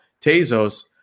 Tezos